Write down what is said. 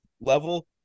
level